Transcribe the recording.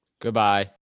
Goodbye